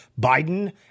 Biden